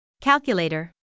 calculator